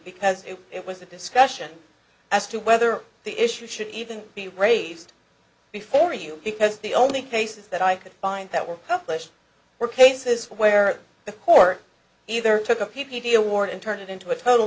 because it was a discussion as to whether the issue should even be raised before you because the only cases that i could find that were less were cases where the court either took a p p d award and turned it into a total